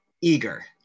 eager